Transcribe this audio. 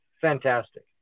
Fantastic